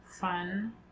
Fun